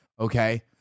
okay